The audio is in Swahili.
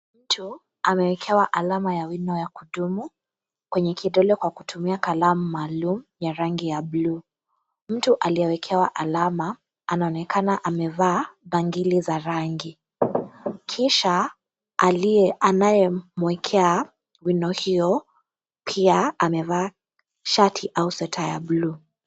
Mtu, ameekewa alama ya wino ya kudumu, kwenye kidole kwa kutumia kalamu maalum ya rangi ya blue .Mtu ,aliyewekewa alama, anaonekana amevaa, bangili za rangi. Kisha, aliye, anayemwekea wino hiyo, pia amevaa shati au sweta ya blue .